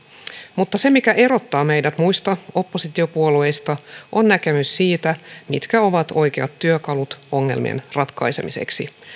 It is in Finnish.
mutta se mikä erottaa meidät muista oppositiopuolueista on näkemys siitä mitkä ovat oikeat työkalut ongelmien ratkaisemiseksi